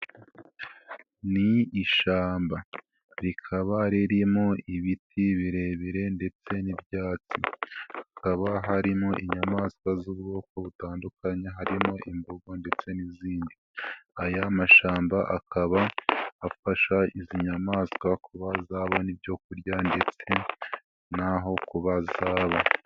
Ni ishyamba rikaba ririmo ibiti birebire ndetse n'ibyatsi, hakaba harimo inyamaswa z'ubwoko butandukanye harimo imbogo ndetse n'izindi, aya mashyamba akaba afasha izi nyamaswa kuba zabona ibyo kurya ndetse n'aho kuba zaba.